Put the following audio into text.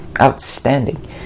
Outstanding